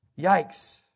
Yikes